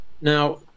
Now